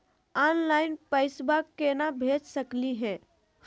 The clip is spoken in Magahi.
ऑनलाइन पैसवा केना भेज सकली हे?